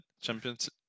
Champions